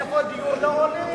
איפה דיור לעולים?